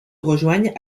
rejoignent